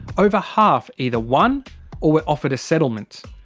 over half either won or were offered a settlement.